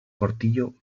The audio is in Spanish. portillo